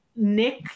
Nick